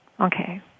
Okay